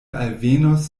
alvenos